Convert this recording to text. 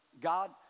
God